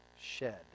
shed